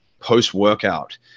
post-workout